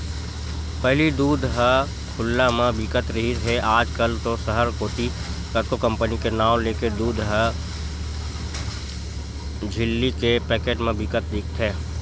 पहिली दूद ह खुल्ला म बिकत रिहिस हे आज कल तो सहर कोती कतको कंपनी के नांव लेके दूद ह झिल्ली के पैकेट म बिकत दिखथे